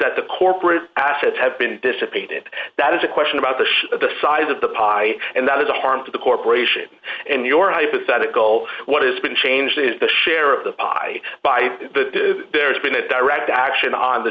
that the corporate assets have been dissipated that is a question about the shoe the size of the pie and that is the harm to the corporation and your hypothetical what is being changed is the share of the pie by the there's been a direct action on the